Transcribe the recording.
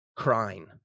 Crying